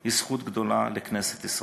הוא זכות גדולה לכנסת ישראל.